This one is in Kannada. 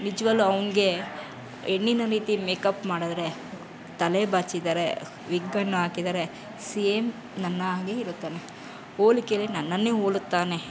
ನಿಜವಾಗಲೂ ಅವ್ನಿಗೆ ಹೆಣ್ಣಿನ ರೀತಿ ಮೇಕಪ್ ಮಾಡಿದ್ರೆ ತಲೆ ಬಾಚಿದರೆ ವಿಗ್ಗನ್ನು ಹಾಕಿದರೆ ಸೇಮ್ ನನ್ನ ಹಾಗೆ ಇರುತ್ತಾನೆ ಹೋಲಿಕೇಲಿ ನನ್ನನ್ನೇ ಹೋಲುತ್ತಾನೆ